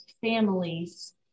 families